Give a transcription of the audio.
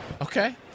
Okay